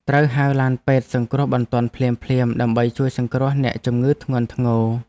ត្រូវហៅឡានពេទ្យសង្គ្រោះបន្ទាន់ភ្លាមៗ ដើម្បីជួយសង្គ្រោះអ្នកជំងឺធ្ងន់ធ្ងរ។